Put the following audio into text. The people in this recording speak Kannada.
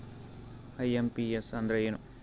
ಐ.ಎಂ.ಪಿ.ಎಸ್ ಅಂದ್ರ ಏನು?